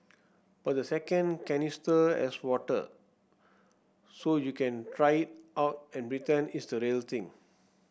but the second canister has water so you can try it out and pretend it's the real thing